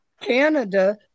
Canada